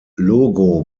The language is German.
logo